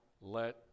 let